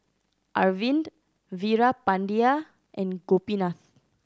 Arvind Veerapandiya and Gopinath